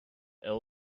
ill